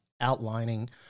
outlining